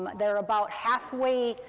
they're about halfway,